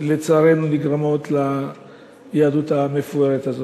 שלצערנו נגרמות ליהדות המפוארת הזאת.